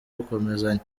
gukomezanya